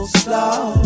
slow